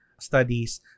studies